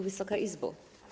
Wysoka Izbo!